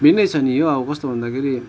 भिन्नै छ नी यो अब कस्तो भन्दाखेरि